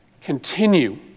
continue